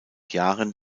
jahren